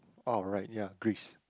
oh right ya Greece